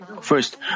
First